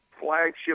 flagship